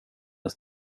ens